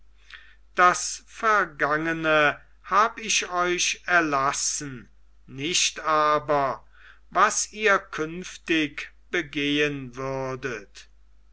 das vergangene hab ich euch erlassen nicht aber was ihr künftig begehen würdet